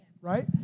Right